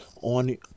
on